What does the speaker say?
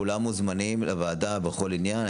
כולם מוזמנים לוועדה בכל עניין.